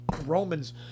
Romans